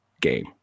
game